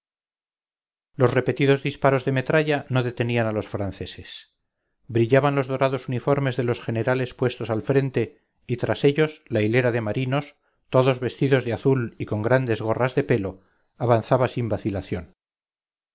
los repetidos disparos de metralla no detenían a los franceses brillaban los dorados uniformes de los generales puestos al frente y tras ellos la hilera de marinos todos vestidos de azul y con grandes gorras de pelo avanzaba sin vacilación